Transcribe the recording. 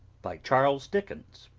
by charles dickens